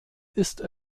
ist